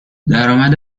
درآمد